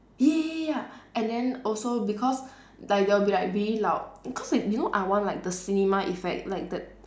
ya ya ya and then also because like there will be like really loud cause like you know I want like the cinema effect like the